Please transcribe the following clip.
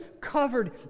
covered